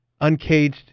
Uncaged